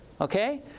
Okay